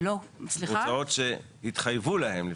הוצאות שהתחייבו להן לפני.